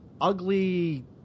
ugly